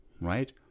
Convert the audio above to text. right